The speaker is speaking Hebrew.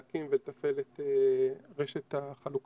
להקים ולתפעל את רשת החלוקה.